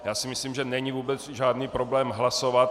Já myslím, že není vůbec žádný problém hlasovat.